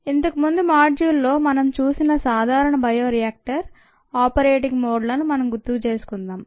ఇంతకు ముందు మాడ్యూల్ లో మనం చూసిన సాధారణ బయో రియాక్టర్ ఆపరేటింగ్ మోడ్ లను మనం గుర్తు చేసుకుందాం